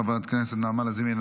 חברת הכנסת נעמה לזימי,